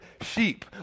sheep